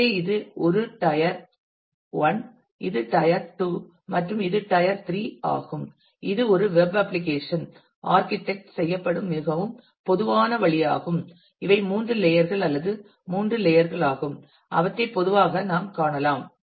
எனவே இது ஒரு டயர் 1 இது டயர் 2 மற்றும் இது டயர் 3 ஆகும் இது ஒரு வெப் அப்ளிகேஷன் ஆர்க்கிடெக்ட் செய்யப்படும் மிகவும் பொதுவான வழியாகும் இவை மூன்று லேயர் கள் அல்லது மூன்று லேயர் களாகும் அவற்றை பொதுவாக நாம் காணலாம்